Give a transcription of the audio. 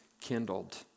kindled